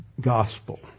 gospel